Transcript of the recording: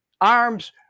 arms